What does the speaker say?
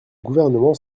gouvernement